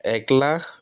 এক লাখ